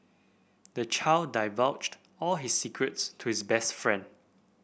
the child divulged all his secrets to his best friend